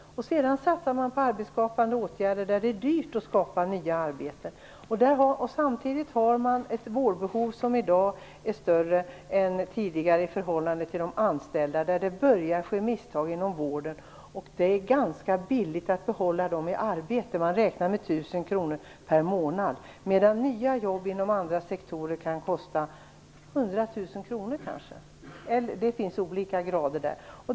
Sedan satsar man på arbetsskapande åtgärder där det är dyrt att skapa nya arbeten. Samtidigt finns det ett vårdbehov som är större i dag än tidigare i förhållande till antalet anställda. Det börjar ske misstag inom vården. Det är ganska billigt att behålla dessa människor i arbete. Man räknar med att det kostar 1 000 kr i månaden. Nya jobb inom andra sektorer kan kosta kanske 100 000 kr. Det finns olika grader där.